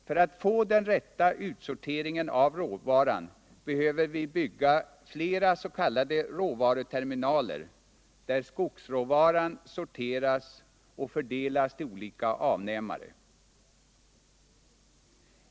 För att få den rätta utsorteringen av råvaran behöver vi bygga flera s.k. råvaruterminaler där skogsråvaran sorteras och fördelas till olika avnämare.